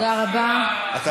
תודה רבה, חבר הכנסת זוהיר בהלול.